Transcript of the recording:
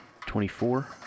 Twenty-four